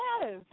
Yes